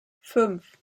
fünf